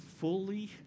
fully